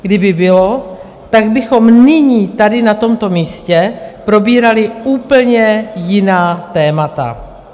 Kdyby bylo, tak bychom nyní tady na tomto místě probírali úplně jiná témata.